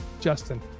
Justin